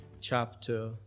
chapter